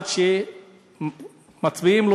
עד שמצביעים,